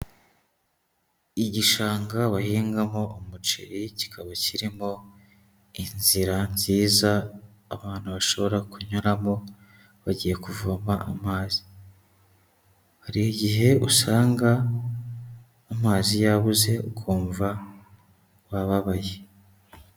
Igishanga bahingamo umuceri kikaba kirimo inzira nziza abantu bashobora kunyuramo bagiye kuvoma amazi, hari igihe usanga amazi yabuze ukumva bababaye.